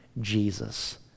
Jesus